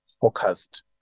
focused